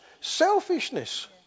Selfishness